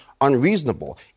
unreasonable